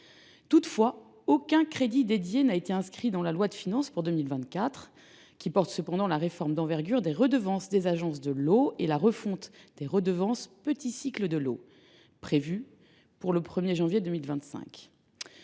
Or aucun crédit dédié n’a été inscrit dans la loi de finances pour 2024, qui engage cependant la réforme d’envergure des redevances des agences de l’eau et la refonte des redevances « petit cycle de l’eau », prévue pour le 1 janvier 2025.